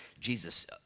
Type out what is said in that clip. Jesus